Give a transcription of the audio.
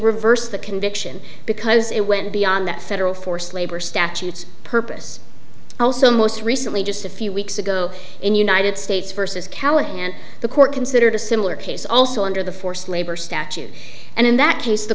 reversed the conviction because it went beyond that federal forced labor statutes purpose also most recently just a few weeks ago in united states versus callahan the court considered a similar case also under the forced labor statute and in that case the